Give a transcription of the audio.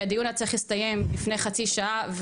כי הדיון היה צריך להסתיים לפני חצי שעה,